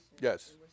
Yes